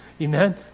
Amen